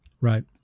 Right